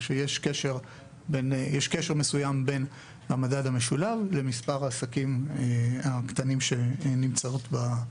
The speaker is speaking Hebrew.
יש קשר מסוים בין המדד המשולב לבין מספר העסקים הקטנים שנמצאים בנפה.